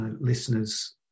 listeners